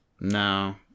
No